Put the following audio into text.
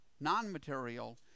non-material